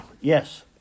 Yes